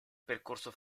percorso